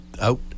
out